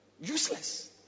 Useless